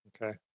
Okay